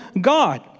God